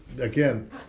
again